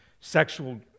sexual